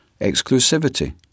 Exclusivity